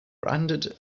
branded